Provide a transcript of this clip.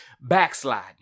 backsliding